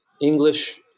english